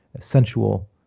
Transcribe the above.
sensual